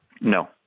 No